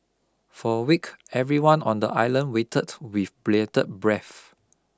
for a week everyone on the island waited with bated breath